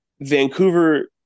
Vancouver